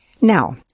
Now